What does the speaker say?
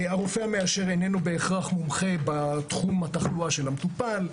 הרופא המאשר איננו בהכרח מומחה בתחום התחלואה של המטופל,